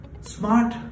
smart